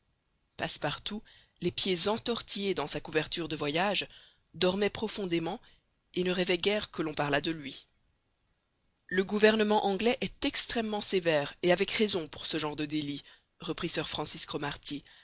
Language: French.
passepartout les pieds entortillés dans sa couverture de voyage dormait profondément et ne rêvait guère que l'on parlât de lui le gouvernement anglais est extrêmement sévère et avec raison pour ce genre de délit reprit sir francis